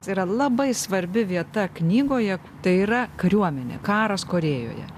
yra labai svarbi vieta knygoje tai yra kariuomenė karas korėjoje